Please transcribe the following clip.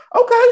Okay